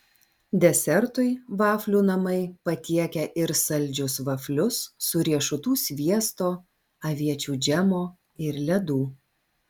desertui vaflių namai patiekia ir saldžius vaflius su riešutų sviesto aviečių džemo ir ledų